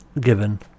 given